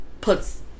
puts